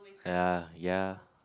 ah ya